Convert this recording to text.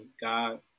God